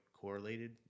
correlated